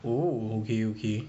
oh okay okay